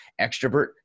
extrovert